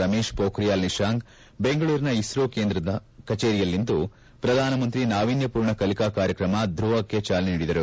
ರಮೇಶ್ ಪೋಖ್ರಿಯಾಲ್ ನಿಶಾಂಕ್ ಬೆಂಗಳೂರಿನ ಇಸ್ತೋ ಕೇಂದ್ರ ಕಚೇರಿಯಲ್ಲಿಂದು ಪ್ರಧಾನಮಂತ್ರಿ ನಾವೀನ್ಯಪೂರ್ಣ ಕಲಿಕಾ ಕಾರ್ಯಕ್ರಮ ದ್ರುವ ಕೈ ಚಾಲನೆ ನೀಡಿದರು